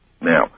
Now